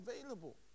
available